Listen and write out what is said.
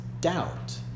doubt